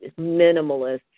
minimalist